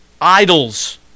idols